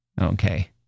Okay